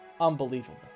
Unbelievable